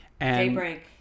daybreak